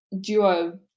duo